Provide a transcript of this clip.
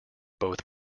both